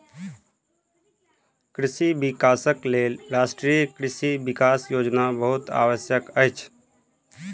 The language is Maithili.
कृषि विकासक लेल राष्ट्रीय कृषि विकास योजना बहुत आवश्यक अछि